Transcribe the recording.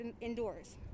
indoors